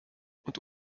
und